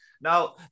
Now